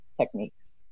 techniques